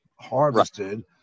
harvested